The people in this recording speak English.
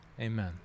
amen